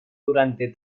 durante